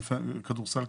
כדורסל,